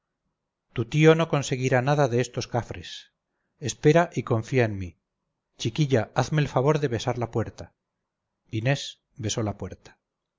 tu tío no conseguiría nada de estos cafres espera y confía en mí chiquilla hazme el favor de besar la puerta inés besó la puerta